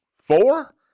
four